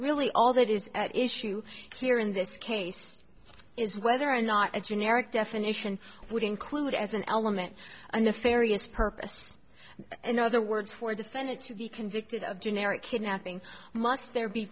really all that is at issue here in this case is whether or not a generic definition would include as an element and if arius purpose in other words for defendant to be convicted of generic kidnapping must there be